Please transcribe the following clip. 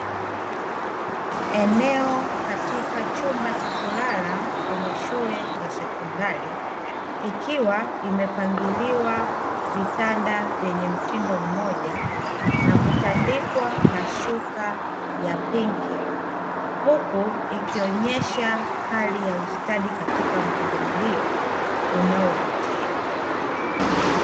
Eneo katika chumba cha kulala kwenye shule ya sekondari ikiwa imepangiliwa vitanda vyenye mtindo mmoja na kutandikwa mashuka ya pinki, huku ikionyesha hali ya ustadi katika mpangilio unaovutia.